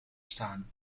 staan